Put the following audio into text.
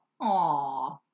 Aw